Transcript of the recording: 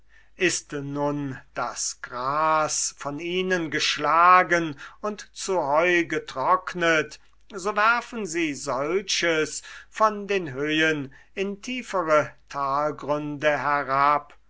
ist nun das gras von ihnen geschlagen und zu heu getrocknet so werfen sie solches von den höhen in tiefere talgründe herab